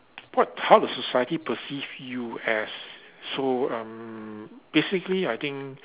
what how do society perceive you as so um basically I think